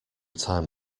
time